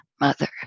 Mother